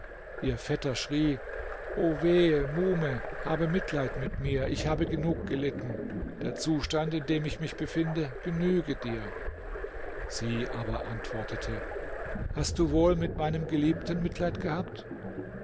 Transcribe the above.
ihr vetter schrie o wehe muhme habe mitleid mit mir ich habe genug gelitten der zustand in dem ich mich befinde genüge dir sie aber antwortete hast du wohl mit meinem geliebten mitleid gehabt